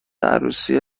عروسی